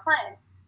clients